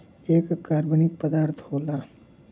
एक कार्बनिक पदार्थ होला